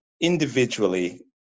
individually